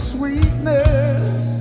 sweetness